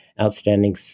Outstanding